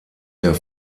der